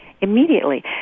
immediately